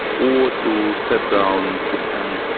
or to step down and